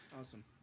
Awesome